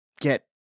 get